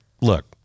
look